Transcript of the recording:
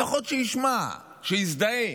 לפחות שישמע, שיזדהה.